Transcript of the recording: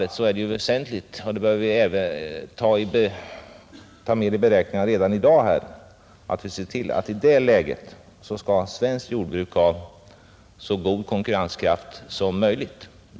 Och då är det väsentligt — vilket vi redan i dag bör ta med i beräkningarna — att svenskt jordbruk får så god konkurrenskraft som möjligt.